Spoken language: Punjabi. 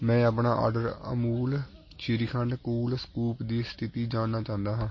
ਮੈਂ ਆਪਣੇ order Amul shrikhand cool scoop ਦੀ ਸਥਿਤੀ ਜਾਣਨਾ ਚਾਹੁੰਦਾ ਹਾਂ